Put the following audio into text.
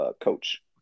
coach